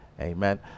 Amen